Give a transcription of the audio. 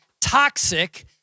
toxic